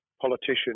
politician